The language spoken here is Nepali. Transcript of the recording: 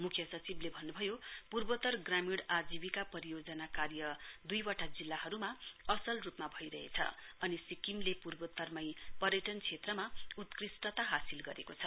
मुख्य सचिवले भन्नुभयो पूर्वोतर ग्रामीण आजीविका परियोजना कार्य दुई वटा जिल्लाहरूमा असल रूपमा भइरहेछ अनि सिक्किमले पूर्वोतर मै पर्यटन क्षेत्रमा उत्कृष्टता हासिल गरेको छ